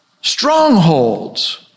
strongholds